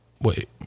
Wait